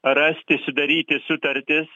rasti sudaryti sutartis